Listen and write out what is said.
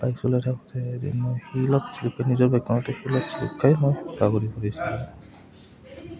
bike চলাই থাকোঁতে এদিন মই শিলত শ্লিপ খাই নিজৰ বাইকখনতে শিলত শ্লিপ খাই মই বাগৰি পৰিছোঁ